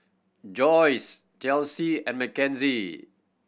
Joys Chelsy and Mackenzie